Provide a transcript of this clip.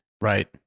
Right